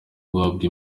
guhabwa